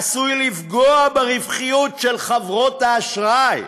עלולה לפגוע ברווחיות של חברות האשראי,